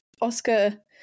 oscar